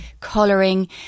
colouring